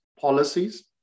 policies